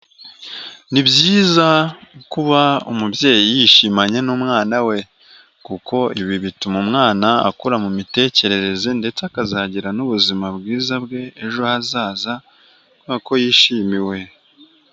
Ni byiza kuba umubyeyi yishimanye n'umwana we, kuko ibi bituma umwana akura mu mitekerereze ndetse akazagira n'ubuzima bwiza bwe ejo hazaza kuko yishimiwe.